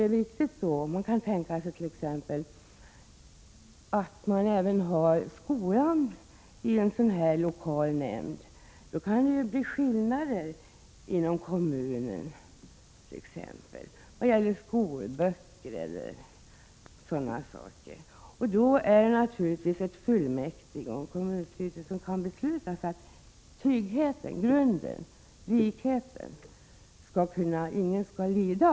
Man kan tänka sig att även beslut om skolan skall tas i en sådan här lokal nämnd. Det kan då uppkomma skillnader inom kommunen, t.ex. vad gäller skolböcker e.d. Då skall naturligtvis kommunstyrelsen och fullmäktige agera på ett rättvist och jämlikt sätt så att ingen blir lidande.